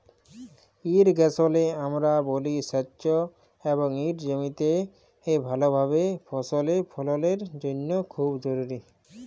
ইরিগেশলে আমরা বলি সেঁচ এবং ইট জমিতে ভালভাবে ফসল ফললের জ্যনহে খুব জরুরি